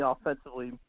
offensively